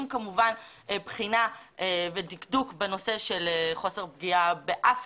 יש לבחון בעיקר את כל הדרכים למנוע פגיעה בחייבים,